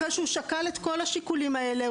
אחרי שהוא שקל את כל השיקולים האלה,